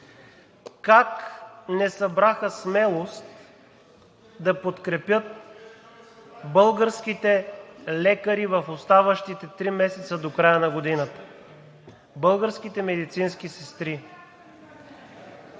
Как не събраха смелост да подкрепят българските лекари в оставащите три месеца до края на годината – българските медицински сестри?